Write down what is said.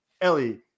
Ellie